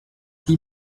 die